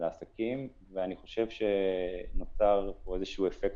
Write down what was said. ואני חושב שנוצר פה איזה אפקט,